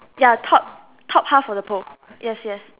ya top top half of the pole yes yes